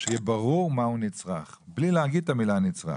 שיהיה ברור מה הוא נצרך, בלי להגיד את המילה נצרך.